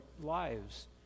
lives